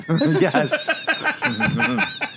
Yes